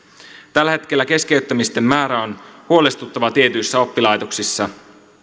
tällä hetkellä keskeyttämisten määrä on huolestuttava tietyissä oppilaitoksissa